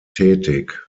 tätig